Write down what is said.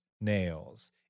nails